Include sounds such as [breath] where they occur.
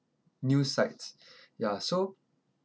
news sites [breath] ya so